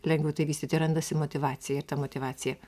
lengviau tai vystyti randasi motyvacija ir ta motyvacija